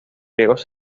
griegos